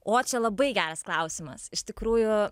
o čia labai geras klausimas iš tikrųjų